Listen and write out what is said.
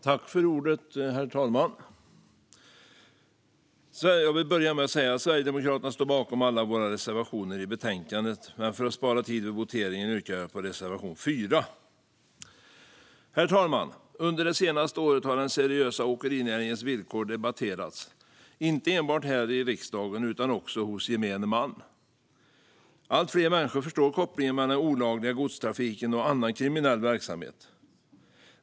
Herr talman! Jag vill börja med att säga att Sverigedemokraterna står bakom alla våra reservationer i betänkandet, men för att spara tid vid voteringen yrkar jag bifall endast till reservation 4. Herr talman! Under det senaste året har den seriösa åkerinäringens villkor debatterats, inte enbart här i riksdagen utan också hos gemene man. Allt fler människor förstår kopplingen mellan den olagliga godstrafiken och annan kriminell verksamhet.